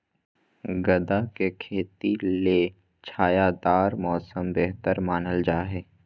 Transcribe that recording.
गदा के खेती ले छायादार मौसम बेहतर मानल जा हय